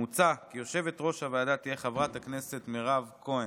מוצע כי יושבת-ראש הוועדה תהיה חברת הכנסת מירב כהן.